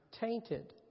tainted